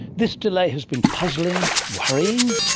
this delay has been puzzling, worrying,